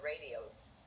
radios